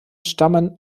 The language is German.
stammen